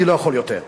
אני לא יכול יותר,